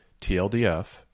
TLDF